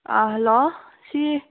hello ꯁꯤ